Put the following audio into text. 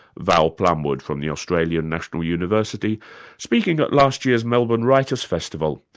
val plumwood from the australian national university speaking at last year's melbourne writers' festival,